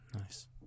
Nice